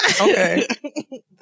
okay